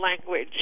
language